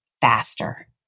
faster